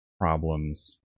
problems